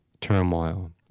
turmoil